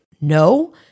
no